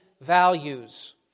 values